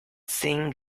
seemed